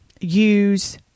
use